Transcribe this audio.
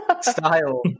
style